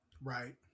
Right